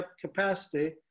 capacity